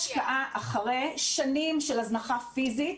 אחרי שנים של הזנחה פיזית,